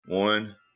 one